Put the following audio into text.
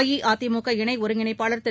அஇஅதிமுக இணை ஒருங்கிணைப்பாளர் திரு